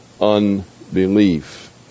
unbelief